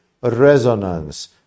resonance